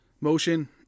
motion